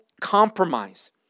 compromise